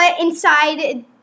inside